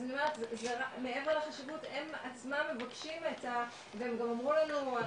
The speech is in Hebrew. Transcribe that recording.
אז מעבר לחשיבות הם עצמם מבקשים והם גם אמרו לנו,